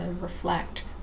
reflect